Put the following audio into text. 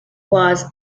was